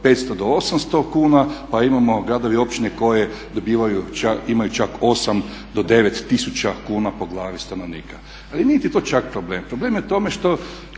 500 do 800 kuna, pa imamo gradove i općine koje dobivaju, imaju čak 8 do 9 tisuća kuna po glavi stanovnika. Ali nije ni to čak problem, problem je u tome što